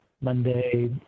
Monday